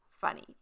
funny